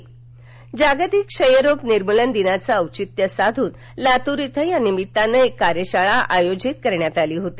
लातर जागतिक क्षयरोग निमूर्लन दिनाचे औचित्य साधून लातूर इथं या निमित्तान एक कार्यशाळा आयोजित केली होती